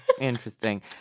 Interesting